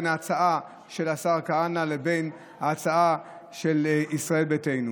בין ההצעה של השר כהנא לבין ההצעה של ישראל ביתנו.